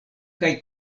kaj